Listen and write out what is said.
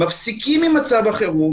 מפסיקים עם מצב החירום